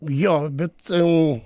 jo bet m